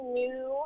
new